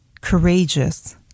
courageous